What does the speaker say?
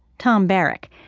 tom barrack.